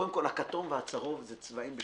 קודם כל, הכתום והצהוב, בשלב